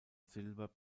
silber